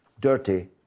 dirty